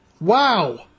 Wow